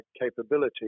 capability